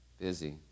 busy